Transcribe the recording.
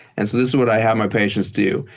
and so this is what i have my patients do.